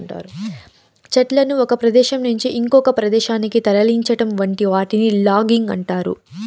చెట్లను ఒక ప్రదేశం నుంచి ఇంకొక ప్రదేశానికి తరలించటం వంటి వాటిని లాగింగ్ అంటారు